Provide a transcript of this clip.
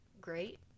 great